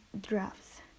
drafts